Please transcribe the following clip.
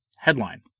Headline